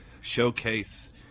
showcase